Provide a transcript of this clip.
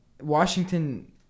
Washington